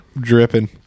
Dripping